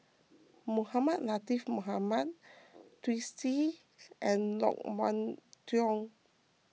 Mohamed Latiff Mohamed Twisstii and Loke Wan Tho